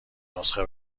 نسخه